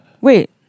Wait